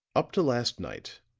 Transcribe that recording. up to last night,